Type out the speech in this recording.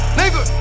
nigga